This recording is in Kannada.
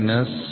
92 - 39